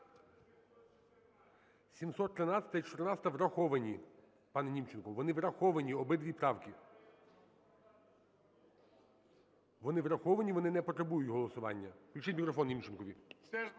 713-а і 714-а враховані, пане Німченко. Вони враховані, обидві правки. Вони враховані, вони не потребують голосування. Включіть мікрофон Німченкові.